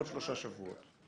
בעוד שלושה שבועות.